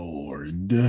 Lord